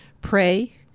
Pray